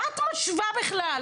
מה את משווה בכלל?